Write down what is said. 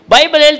Bible